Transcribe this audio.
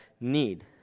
need